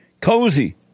cozy